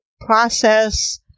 process